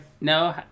No